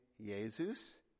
Jesus